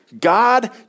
God